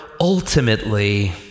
ultimately